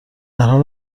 حال